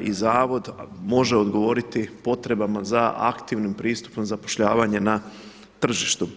i zavod može odgovoriti potrebama za aktivnim pristupom zapošljavanje na tržištu.